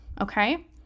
okay